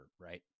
right